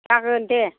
जागोन दे